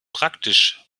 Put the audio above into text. praktisch